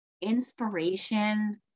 inspiration